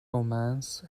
romance